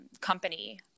company